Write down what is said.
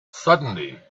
suddenly